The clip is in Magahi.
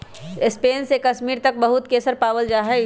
स्पेन से कश्मीर तक बहुत केसर पावल जा हई